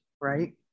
right